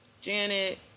Janet